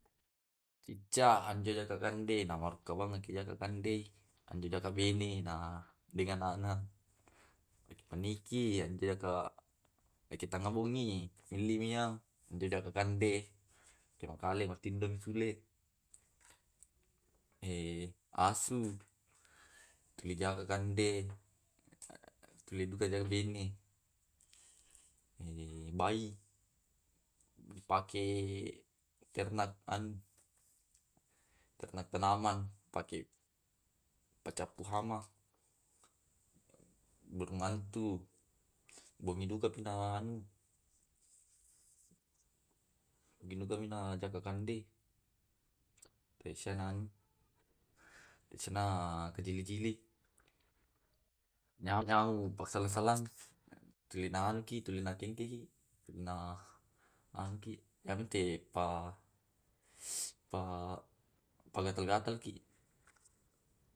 Cicak anjo ja kakande namarokoi jakandae anjo jaga bene na dengan ana. Niki anjaka atekangabongi nenia jaga jaga kande kalau matindo mi sule, e asu majagakande tule duka ja bene, bai ripake ternak anu ternak tanaman pake pacappu hama. Burung hantu bongi duka pu na anu deduka mina jaka kande. taesyana taesyana kajili-jili nyau nyau paksalang-salang tuli na anuki tuli nakengkeki tulina angki ai katte pa pa pa pagatal-gatalki.